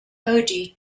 odie